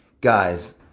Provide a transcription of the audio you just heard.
Guys